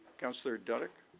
councillor duddeck?